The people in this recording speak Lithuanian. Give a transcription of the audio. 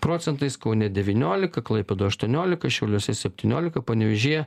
procentais kaune devyniolika klaipėdoj aštuoniolika šiauliuose septyniolika panevėžyje